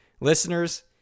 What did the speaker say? listeners